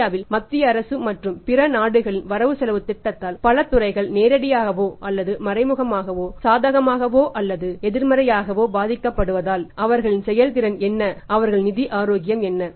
இந்தியாவின் மத்திய அரசு மற்றும் பிற நாடுகளின் வரவுசெலவுத் திட்டத்தால் பல துறைகள் நேரடியாகவோ அல்லது மறைமுகமாகவோ சாதகமாகவோ அல்லது எதிர்மறையாகவோ பாதிக்கப்படுவதால் அவர்களின் செயல்திறன் என்ன அவர்கள் நிதி ஆரோக்கியம் என்ன